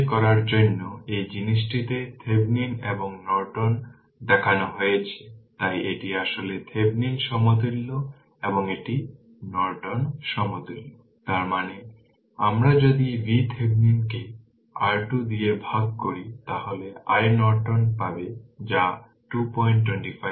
এটি যাচাই করার জন্য এই জিনিসটিতে থেভেনিন এবং নর্টন দেখানো হয়েছে তাই এটি আসলে থেভেনিন সমতুল্য এবং এটি নর্টন সমতুল্য তার মানে আমরা যদি VThevenin কে R2 দিয়ে ভাগ করি তাহলে iNorton পাবে যা 225 ampere